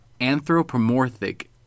Anthropomorphic